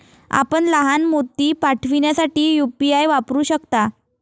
आपण लहान मोती पाठविण्यासाठी यू.पी.आय वापरू शकता